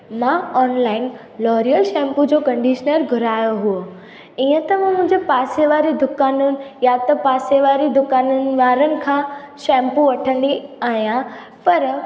मां online L'Oreal shampoo जो conditioner घुरायो हुओ ईअं त मां मुंहिंजे पासे वारी दुकानुनि या त पासे वारी दुकाननि वारनि खां शैंपू वठंदी आहियां पर